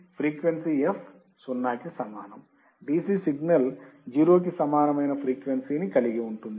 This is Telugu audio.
ఫ్రీక్వెన్సీ f సున్నా కి సమానం dc సిగ్నల్ 0 కి సమానమైన ఫ్రీక్వెన్సీని కలిగి ఉంది